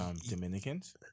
Dominicans